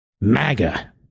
MAGA